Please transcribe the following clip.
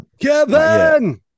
Kevin